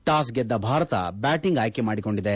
toss ಗೆದ್ದ Bharat batting ಆಯ್ಲಿ ಮಾಡಿಕೊಂಡಿದೆ